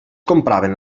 compraven